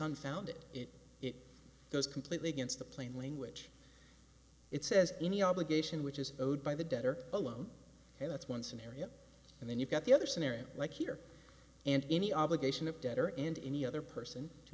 unfounded it goes completely against the plain language it says any obligation which is owed by the debtor alone and that's one scenario and then you've got the other scenario like here and any obligation of debtor and any other person to